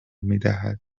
میدهد